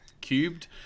cubed